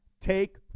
Take